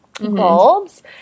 bulbs